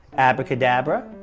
abbra-cadabra,